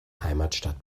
heimatstadt